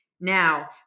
Now